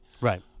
Right